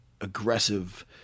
aggressive